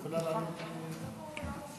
נכון, נכון.